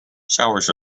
showers